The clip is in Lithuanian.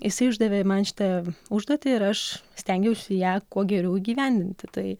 jisai uždavė man šitą užduotį ir aš stengiausi ją kuo geriau įgyvendinti tai